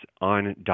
on